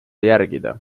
järgida